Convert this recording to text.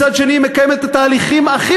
ומצד שני היא מקיימת את התהליכים הכי